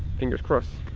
fingers crossed.